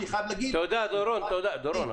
תודה, דורון.